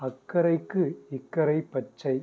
அக்கரைக்கு இக்கரை பச்சை